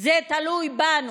זה תלוי בנו,